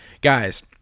Guys